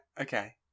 Okay